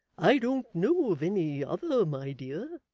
i don't know of any other, my dear